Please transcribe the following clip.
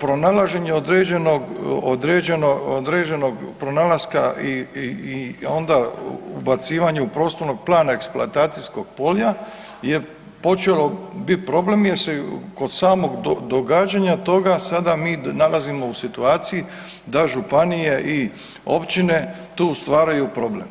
pronalaženje određenog pronalaska i onda ubacivanja prostornog plana eksploatacijskog polja je počelo bit problem jer se kod samog događanja toga sada mi nalazimo u situaciji da županije i općine tu stvaraju problem.